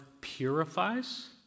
purifies